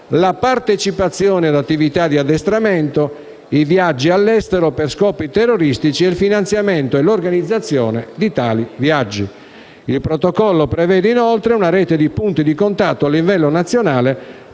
la partecipazione ad attività di addestramento, i viaggi all'estero per scopi terroristici e il finanziamento o l'organizzazione di tali viaggi. Esso prevede inoltre una rete di punti di contatto a livello nazionale,